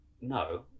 no